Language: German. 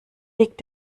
liegt